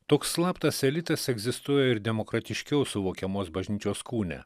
toks slaptas elitas egzistuoja ir demokratiškiau suvokiamos bažnyčios kūne